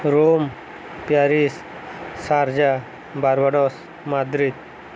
Rome Paris Sharjah Barbados Madrid